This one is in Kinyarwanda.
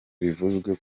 bivuzwe